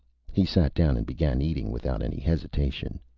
he sat down and began eating, without any hesitation.